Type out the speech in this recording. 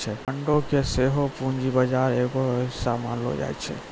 बांडो के सेहो पूंजी बजार के एगो हिस्सा मानलो जाय छै